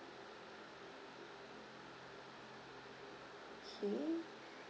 okay